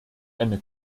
eine